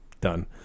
done